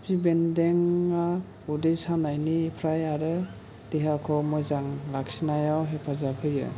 खिफि बेनदोंआ उदै सानायनिफ्राय आरो देहाखौ मोजां लाखिनायाव हेफाजाब होयो